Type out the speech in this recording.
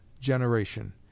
generation